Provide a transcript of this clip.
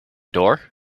door